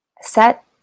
set